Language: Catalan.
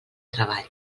treball